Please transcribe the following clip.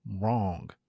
wrong